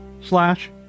slash